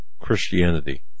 Christianity